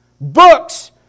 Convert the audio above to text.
books